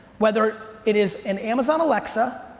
whether it is an amazon alexa,